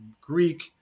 Greek